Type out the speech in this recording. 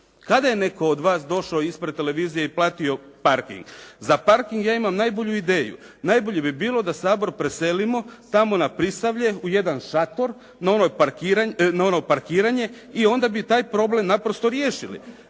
Kada je netko od vas došao ispred televizije i platio parking? Za parking ja imam najbolju ideju. Najbolje bi bilo da Sabor preselimo tamo na Prisavlje u jedan šator na ono parkiranje i onda bi taj problem naprosto riješili.